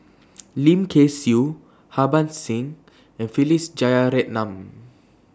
Lim Kay Siu Harbans Singh and Philip Jeyaretnam